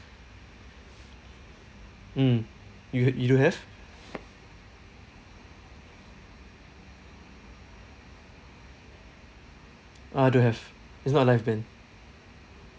mm you you don't have ah don't have it's not a live band